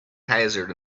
hazard